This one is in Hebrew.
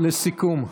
לסיכום.